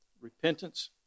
Repentance